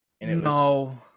No